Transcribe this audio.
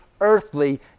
earthly